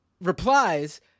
replies